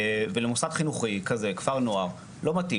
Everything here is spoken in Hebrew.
ולמוסד חינוכי כזה, כפר נוער, לא מתאים.